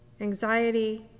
anxiety